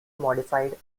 modified